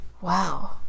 wow